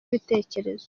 ibitekerezo